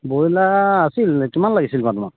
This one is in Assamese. ব্ৰইলাৰ আছিল কিমান লাগিছিল বাৰু তোমাক